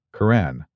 Quran